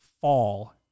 fall